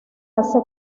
hace